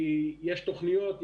יש תוכניות,